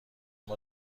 اما